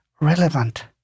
relevant